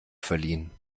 verliehen